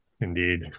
Indeed